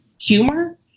humor